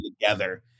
together